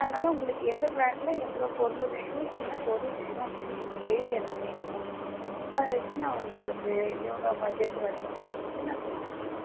அதனால் உங்களுக்கு எந்த பிராண்ட்டில் எவ்வளோ பொருள் வேணும் என்ன பொருள் வேணும் அப்படினு நீங்கள் எழுதி அனுப்புனீங்கனால் அதை வச்சு நான் உங்களுக்கு எவ்வளோ பட்ஜெட் வரும் அப்படிங்கிறத நான் சொல்லிடுவேன்